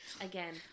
again